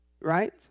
Right